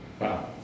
Wow